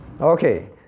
Okay